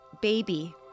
baby